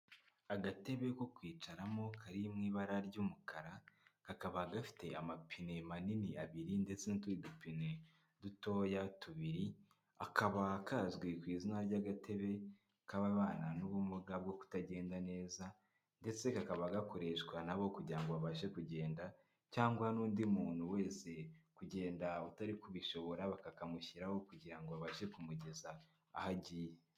Agatebe ko kwicaramo kari mu ibara ry'umukara kakaba gafite amapine manini abiri ndetse n'utundi dupine dutoya tubiri, akaba kazwi ku izina ry'agatebe k'ababana n'ubumuga bwo kutagenda neza, ndetse kakaba gakoreshwa nabo kugira ngo babashe kugenda cyangwa n'undi muntu wese kugenda utari kubishobora, bakakamushyiraho kugira ngo babashe kumugeza aho agiye.